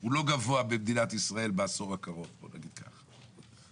הוא לא גבוה במדינת ישראל בעשור הקרוב בוא נגיד כך.